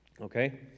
okay